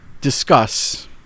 discuss